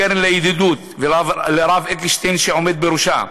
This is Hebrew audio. לקרן לידידות ולרב אקשטיין שעומד בראשה,